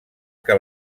que